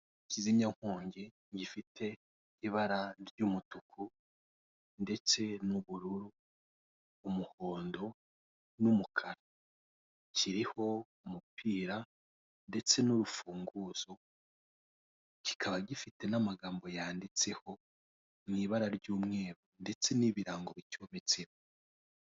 Ikizimyankoni gifite ibara ry'umutuku, ndetse n'ubururu, umuhondi ndetse n'umukara, kiriho umupira ndetse n'urufunguzo, kikaba gifite n'amagambo yanditseho mu ibara ry'umweru ndetse n'ibirango bicyometseho.